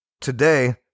Today